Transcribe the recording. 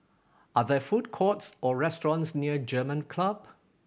are there food courts or restaurants near German Club